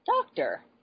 doctor